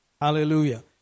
Hallelujah